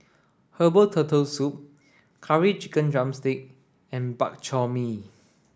herbal turtle soup curry chicken drumstick and Bak Chor Mee